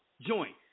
joint